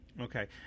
Okay